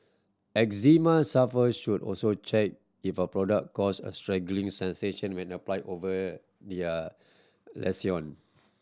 eczema sufferers should also check if a product cause a sensation when applied over their lesion